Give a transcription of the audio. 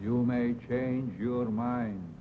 you may change your mind